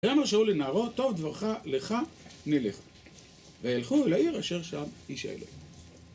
ויאמר שאול לנערו טוב דברך, לכה נלכה, וילכו אל העיר אשר שם איש אלוהים.